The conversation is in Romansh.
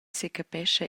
secapescha